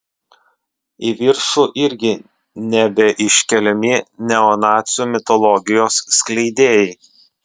į viršų irgi nebeiškeliami neonacių mitologijos skleidėjai